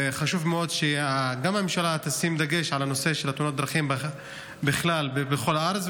וחשוב מאוד שגם הממשלה תשים דגש על נושא תאונות הדרכים בכל הארץ,